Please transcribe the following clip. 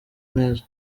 neza